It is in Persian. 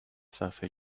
صفحه